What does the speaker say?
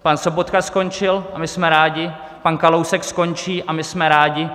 Pan Sobotka skončil, a my jsme rádi, pan Kalousek skončí, a my jsme rádi.